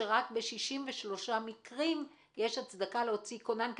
שרק ב-63 מקרים יש הצדקה להוציא כונן,